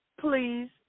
please